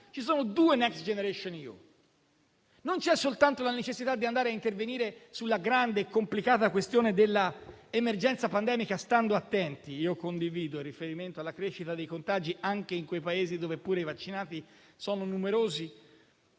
Ci sono due Next generation EU. Non c'è soltanto la necessità di intervenire sulla grande e complicata questione dell'emergenza pandemica stando attenti. Condivido il riferimento alla crescita dei contagi anche in quei Paesi dove i vaccinati sono numerosi